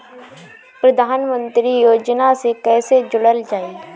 प्रधानमंत्री योजना से कैसे जुड़ल जाइ?